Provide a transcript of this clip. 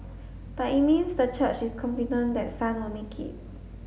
but it means the church is confident that Sun will make it